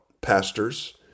pastors